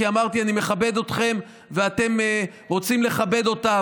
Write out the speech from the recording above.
כי אמרתי: אני מכבד אתכם ואתם רוצים לכבד אותה.